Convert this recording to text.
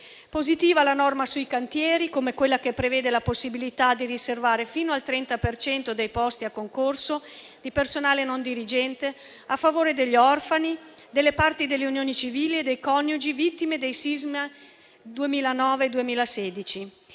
Positiva la norma sui cantieri, così come quella che prevede la possibilità di riservare fino al 30 per cento dei posti a concorso di personale non dirigente a favore degli orfani, delle parti delle unioni civili e dei coniugi delle vittime dei sismi 2009-2016.